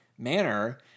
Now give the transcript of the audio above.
manner